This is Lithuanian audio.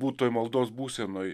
būt toj maldos būsenoj